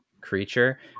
creature